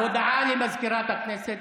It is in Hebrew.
הודעה לסגנית מזכיר הכנסת.